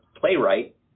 playwright